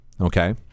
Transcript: okay